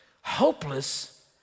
hopeless